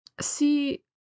See